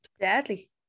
Deadly